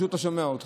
אז